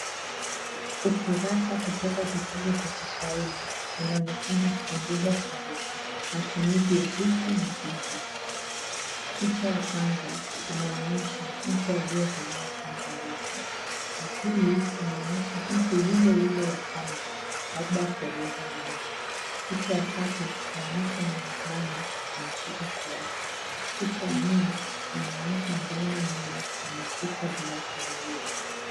Ukurasa kutoka kitabu cha kiswahili unaonekana kufundisha sarufi, matumizi ya hiki na hivi. Picha ya kwanza imeonyesha mtu aliyevalia kanzu ndefu ya. Pili inaonyesha mtu yule yule wa kwanza labda kueleza wingi. Picha ya tatu inaonyesha mvulana ameshika kiatu. Picha ya nne imeonyesha mvulana yule ameshika viatu viwili.